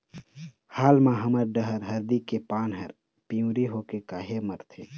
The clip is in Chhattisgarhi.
हाल मा हमर डहर हरदी के पान हर पिवरी होके काहे मरथे?